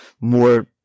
more